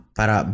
para